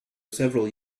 several